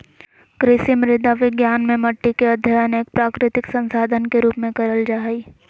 कृषि मृदा विज्ञान मे मट्टी के अध्ययन एक प्राकृतिक संसाधन के रुप में करल जा हई